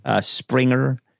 Springer